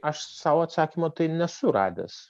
aš sau atsakymo tai nesu radęs